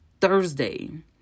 Thursday